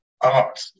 art